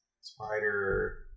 spider